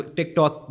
TikTok